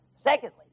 Secondly